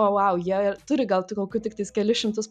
o vau jie turi gal tik kokių tik kelis šimtus